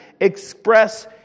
express